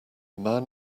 man